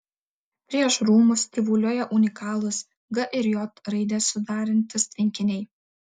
prieš rūmus tyvuliuoja unikalūs g ir j raides sudarantys tvenkiniai